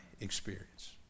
experience